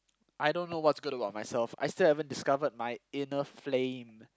I don't know what's good about myself I still haven't discovered my inner flame